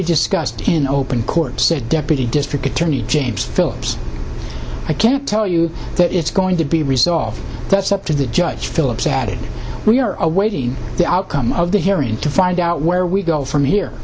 be discussed in open court said deputy district attorney james phillips i can't tell you that it's going to be resolved that's up to the judge phillips added we are awaiting the outcome of the hearing to find out where we go from here